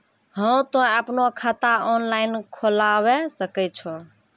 हाँ तोय आपनो खाता ऑनलाइन खोलावे सकै छौ?